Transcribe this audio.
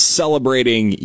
celebrating